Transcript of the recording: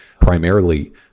primarily